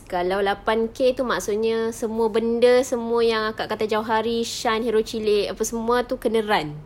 kalau lapan K itu maksudnya semua benda semua yang akak kata jauhari shine hero cilik apa semua itu kena run